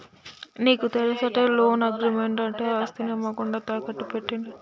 నీకు తెలుసటే, loan agreement అంటే ఆస్తిని అమ్మకుండా తాకట్టు పెట్టినట్టు